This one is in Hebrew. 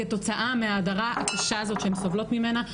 כתוצאה מההדרה הקשה הזאת שהן סובלות ממנה.